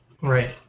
Right